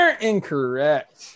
Incorrect